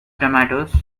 tomatoes